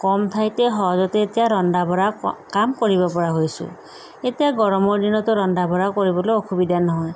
কম ঠাইতে সহজতে এতিয়া ৰন্ধা বঢ়া কা কাম কৰিব পৰা হৈছোঁ এতিয়া গৰমৰ দিনতো ৰন্ধা বঢ়া কৰিবলৈ অসুবিধা নহয়